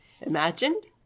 imagined